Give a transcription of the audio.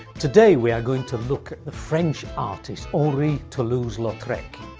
today we are going to look at the french artist, henri toulouse lautrec.